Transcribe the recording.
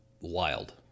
wild